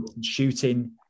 Shooting